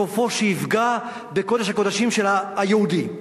סופו שיפגע בקודש הקודשים של היהודי.